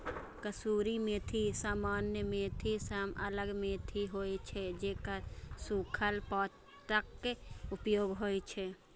कसूरी मेथी सामान्य मेथी सं अलग मेथी होइ छै, जेकर सूखल पातक उपयोग होइ छै